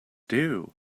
due